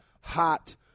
hot